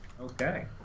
Okay